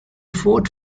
fought